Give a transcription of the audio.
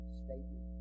statement